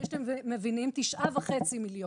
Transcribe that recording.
אתם פניתם בבקשה למשרד לקבל תקנים תוספתיים ליישום החוק הזה?